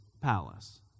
palace